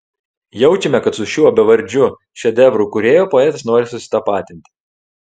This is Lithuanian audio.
jaučiame kad su šiuo bevardžiu šedevrų kūrėju poetas nori susitapatinti